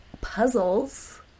puzzles